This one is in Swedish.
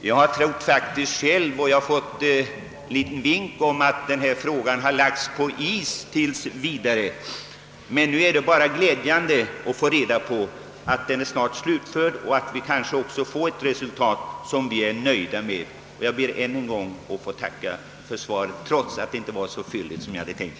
Jag hade faktiskt fått en vink om att saken lagts på is tills vidare, och därför är det glädjande att höra att utredningen snart är slutförd och att vi kanske kan få ett resultat som vi är nöjda med. Jag ber än en gång att få tacka statsrådet för svaret, trots att det inte var så fylligt som jag hade hoppats.